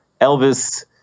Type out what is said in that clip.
elvis